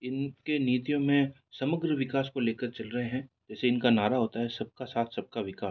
इनके नीतियों में सामुग्र विकास को लेकर चल रहे हैं जैसे इनका नारा होता है सबका साथ सबका विकास